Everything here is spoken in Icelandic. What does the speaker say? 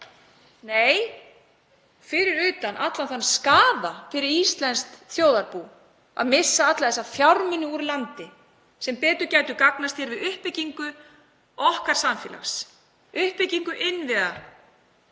Nei, fyrir utan allan þann skaða fyrir íslenskt þjóðarbú að missa alla þessa fjármuni úr landi sem betur gætu gagnast við uppbyggingu okkar samfélags, uppbyggingu innviða,